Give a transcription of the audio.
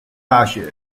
大学